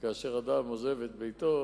כאשר אדם עוזב את ביתו